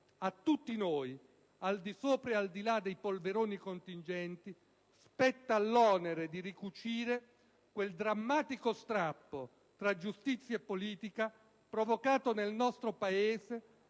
a tutti noi, al di sopra e al di là dei polveroni contingenti, spetta l'onere di ricucire quel drammatico strappo tra giustizia e politica provocato nel nostro Paese